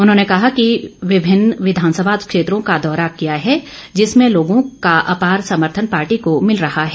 उन्होंने कहा कि उन्होंने विभिन्न विधानसभा क्षेत्रों का दौरा किया हे जिसमें लोगों का अपार समर्थन पार्टी को मिल रहा है